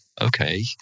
okay